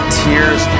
tears